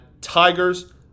Tigers